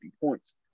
points